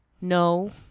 no